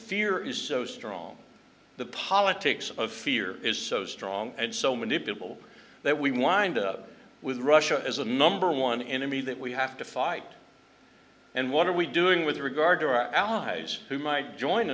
fear is so strong the politics of fear is so strong and so manipulable that we wind up with russia as the number one enemy that we have to fight and what are we doing with regard to our allies who might join